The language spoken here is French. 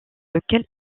lequel